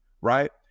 right